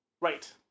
Right